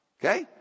Okay